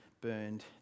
burned